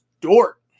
Dort